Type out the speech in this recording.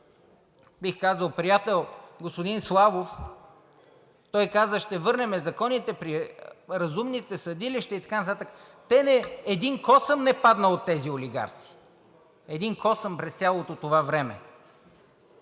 бих казал, приятел господин Славов, той каза: ще върнем законите при разумните съдилища и така нататък, един косъм не падна от тези олигарси. Един косъм през цялото това време!